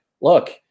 look